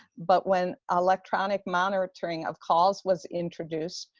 but when electronic monitoring of calls was introduced,